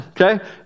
okay